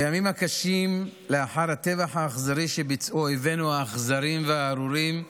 בימים הקשים לאחר הטבח האכזרי שביצעו אויבינו האכזריים והארורים,